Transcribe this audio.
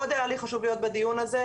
מאוד היה לי חשוב להיות בדיון הזה.